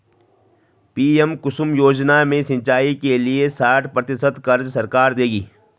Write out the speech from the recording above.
PM Kusum योजना में सिंचाई के लिए साठ प्रतिशत क़र्ज़ सरकार देगी